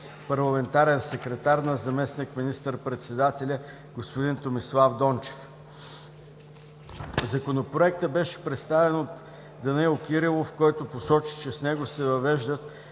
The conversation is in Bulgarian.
парламентарен секретар на заместник министър-председателя господин Томислав Дончев. Законопроектът беше представен от господин Данаил Кирилов, който посочи, че с него се въвеждат